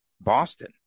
Boston